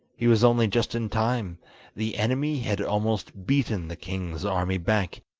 he was only just in time the enemy had almost beaten the king's army back,